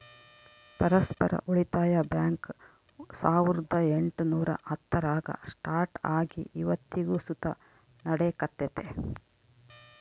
ಪರಸ್ಪರ ಉಳಿತಾಯ ಬ್ಯಾಂಕ್ ಸಾವುರ್ದ ಎಂಟುನೂರ ಹತ್ತರಾಗ ಸ್ಟಾರ್ಟ್ ಆಗಿ ಇವತ್ತಿಗೂ ಸುತ ನಡೆಕತ್ತೆತೆ